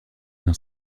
dans